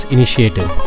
Initiative